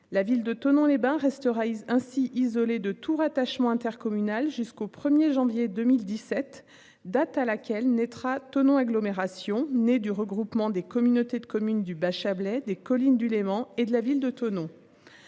La ville de Thonon-les-Bains restera ainsi isolé de tout rattachement intercommunal jusqu'au 1er janvier 2017, date à laquelle naîtra Thonon agglomération née du regroupement des communautés de communes du Bacha bled et collines du Léman et de la ville de Thonon.